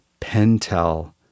Pentel